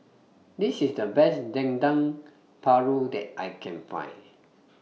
This IS The Best Dendeng Paru that I Can Find